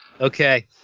Okay